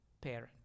parent